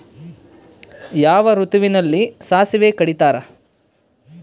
ಯಾವ ಋತುವಿನಲ್ಲಿ ಸಾಸಿವೆ ಕಡಿತಾರೆ?